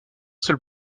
seul